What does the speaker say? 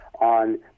on